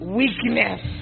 weakness